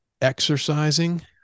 exercising